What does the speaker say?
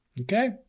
Okay